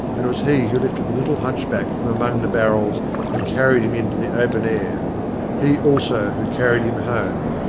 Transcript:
and it was he who lifted the little hunchback from among the barrels and carried him into the open air he also who carried him home.